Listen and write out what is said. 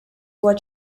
were